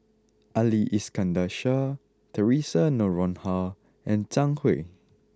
Ali Iskandar Shah Theresa Noronha and Zhang Hui